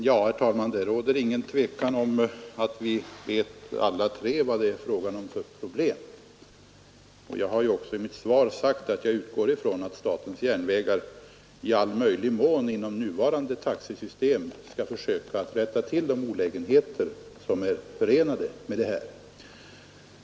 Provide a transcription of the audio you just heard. Herr talman! Det råder ingen tvekan om att vi alla tre vet vad det här rör sig om för sorts problem. I mitt svar har jag ju också sagt att jag utgår från att statens järnvägar inom det nuvarande taxesystemet i all möjlig mån kommer att försöka rätta till de olägenheter som nu finns.